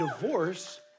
divorce